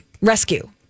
rescue